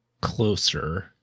closer